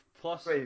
plus